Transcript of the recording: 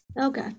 Okay